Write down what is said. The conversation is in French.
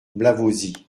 blavozy